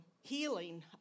healing